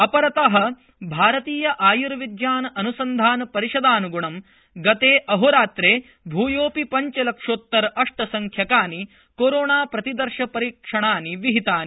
अपरत भारतीय आय्र्विज्ञान अन्संधान परिषदान्ग्णं गते अहोरात्रे भूयोपि पंचलक्षोत्तर अष्ट संख्याकानि कोरोना प्रतिदर्श परीक्षणानि विहितानि